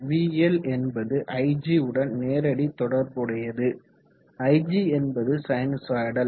vL என்பது igஉடன் நேரடி தொடர்புடையது ig என்பது சைனுசொய்டல்